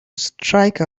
strike